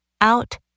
out